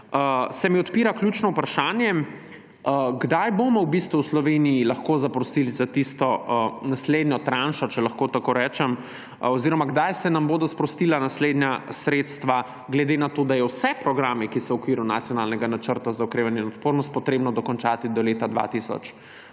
se mi odpira ključno vprašanje, kdaj bomo v bistvu v Sloveniji lahko zaprosili za tisto naslednjo tranšo, če lahko tako rečem, oziroma kdaj se nam bodo sprostila naslednja sredstva glede na to, da je vse programe, ki so v okviru Nacionalnega načrta za okrevanje in odpornost, potrebno dokončati do leta 2026